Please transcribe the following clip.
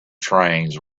trains